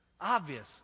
obvious